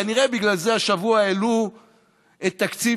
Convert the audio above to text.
כנראה בגלל זה השבוע העלו את תקציב